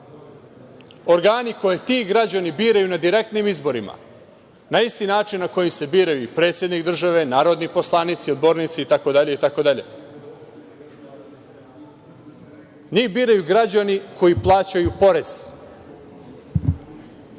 organi koje ti građani biraju na direktnim izborima, na isti način na koji se biraju i predsednik države, narodni poslanici, odbornici, itd. Njih biraju građani koji plaćaju porez